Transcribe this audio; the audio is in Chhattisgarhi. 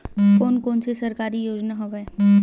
कोन कोन से सरकारी योजना हवय?